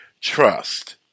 trust